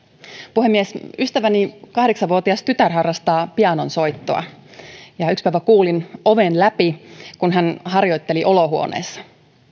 puhemies ystäväni kahdeksanvuotias tytär harrastaa pianonsoittoa yksi päivä kuulin oven läpi kun hän harjoitteli olohuoneessa